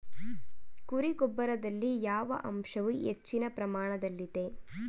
ಕುರಿ ಗೊಬ್ಬರದಲ್ಲಿ ಯಾವ ಅಂಶವು ಹೆಚ್ಚಿನ ಪ್ರಮಾಣದಲ್ಲಿದೆ?